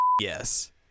yes